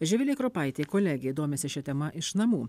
živilė kropaitė kolegė domisi šia tema iš namų